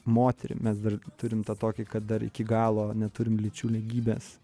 moterim mes dar turime tą tokį kad dar iki galo neturim lyčių lygybės